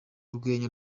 rwenya